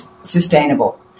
sustainable